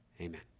Amen